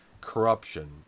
corruption